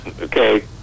Okay